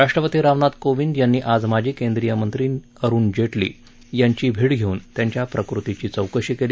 राष्ट्रपती रामनाथ कोविंद यांनी आज माजी केंद्रीय मंत्री अरुण जेटली यांची भेट घेऊन त्यांच्या प्रकृतीची चौकशी केली